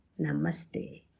Namaste